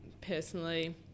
personally